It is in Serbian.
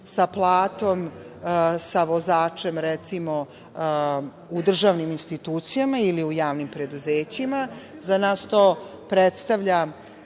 sa platom sa vozačem, recimo, u državnim institucijama ili u javnim preduzećima. Za nas to predstavlja